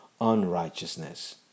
unrighteousness